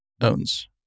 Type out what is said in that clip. owns